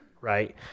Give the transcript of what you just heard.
Right